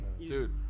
Dude